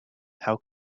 how